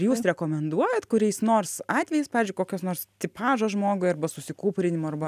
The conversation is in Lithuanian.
jūs rekomenduojat kuriais nors atvejais pavyzdžiui kokios nors tipažo žmogui arba susikūprinimo arba